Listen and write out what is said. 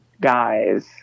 guys